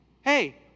hey